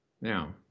now